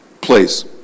Please